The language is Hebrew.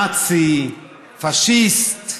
נאצי, פאשיסט.